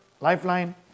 lifeline